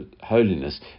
Holiness